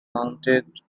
mounted